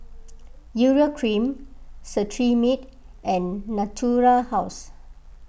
Urea Cream Cetrimide and Natura House